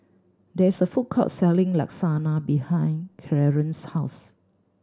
there is a food court selling Lasagna behind Clearence's house